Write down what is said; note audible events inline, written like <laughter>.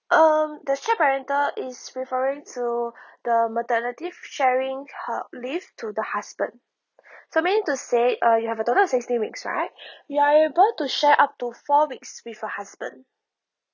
um the shared parental is referring to <breath> the maternity sharing her leave to the husband <breath> so meaning to say uh you have a total of sixteen weeks right <breath> you are able to share up to four weeks with your husband